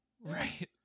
Right